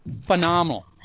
phenomenal